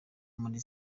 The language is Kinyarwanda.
muri